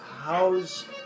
How's